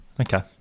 Okay